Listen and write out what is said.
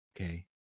Okay